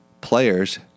players